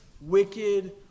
wicked